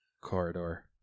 corridor